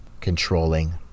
controlling